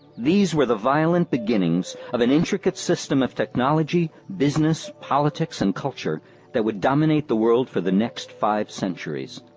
these were the violent beginnings of an intricate system of technology, business, politics, and culture that would dominate the world for the next five centuries.